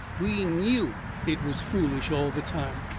we knew it was foolish all the time.